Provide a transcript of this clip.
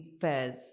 fairs